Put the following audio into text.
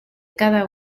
cada